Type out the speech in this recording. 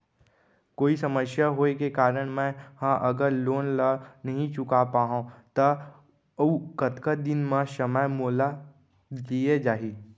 कोई समस्या होये के कारण मैं हा अगर लोन ला नही चुका पाहव त अऊ कतका दिन में समय मोल दीये जाही?